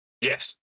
Yes